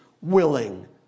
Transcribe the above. willing